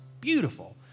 beautiful